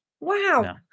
Wow